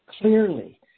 clearly